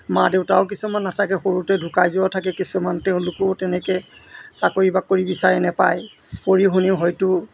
মা দেউতাও কিছুমান নাথাকে সৰুতে ঢুকাই যোৱা থাকে কিছুমান তেওঁলোকেও তেনেকৈ চাকৰি বাকৰি বিচাৰে নেপায় পঢ়ি শুনি হয়টো